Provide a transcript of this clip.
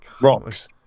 rocks